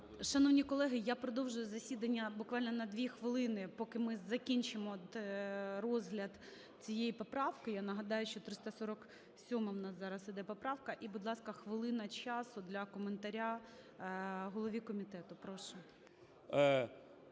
Шановні колеги, я продовжую засідання буквально на 2 хвилини, поки ми закінчимо розгляд цієї поправки. Я нагадаю, що 347-а в нас зараз йде поправка. І, будь ласка, хвилина часу для коментаря голові комітету. Прошу.